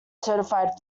certified